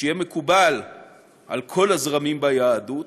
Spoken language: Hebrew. שיהיה מקובל על כל הזרמים ביהדות,